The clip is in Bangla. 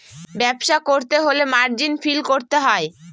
ব্যবসা করতে হলে মার্জিন ফিল করতে হয়